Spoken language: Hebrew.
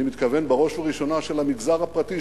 אני מתכוון בראש ובראשונה של המגזר הפרטי,